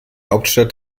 hauptstadt